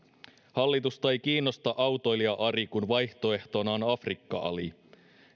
hallitusta ei kiinnosta autoilija ari kun vaihtoehtona on afrikka ali